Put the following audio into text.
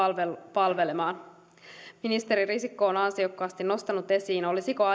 palvelemaan ministeri risikko on ansiokkaasti nostanut esiin olisiko